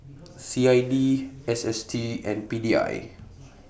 C I D S S T and P D I